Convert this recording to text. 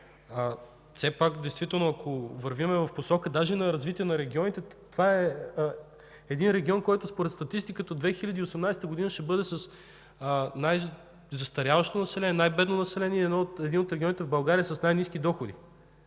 Все пак действително, ако вървим в посока даже на развитие на регионите, това е един регион, който според статистиката в 2018 г. ще бъде с най-застаряващо население, с най-бедно население, един от регионите в България с най-ниски доходи.